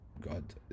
God